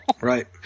Right